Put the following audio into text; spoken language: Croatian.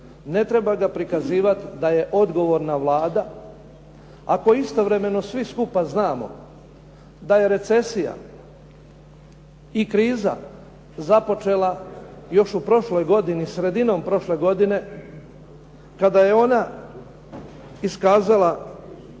ne treba ga prikazivati da je odgovorna Vlada ako istovremeno svi skupa znamo da je recesija i kriza započela još u prošloj godini, sredinom prošle godine kada je ona iskazala